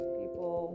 people